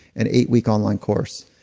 an eight week online course.